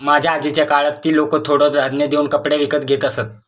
माझ्या आजीच्या काळात ती लोकं थोडं धान्य देऊन कपडे विकत घेत असत